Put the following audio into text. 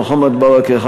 מוחמד ברכה,